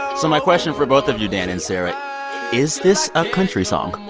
so my question for both of you, dan and sarah is this a country song?